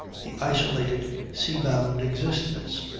the isolated sea-bound existence.